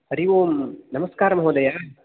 हरि ओम् नमस्कार महोदय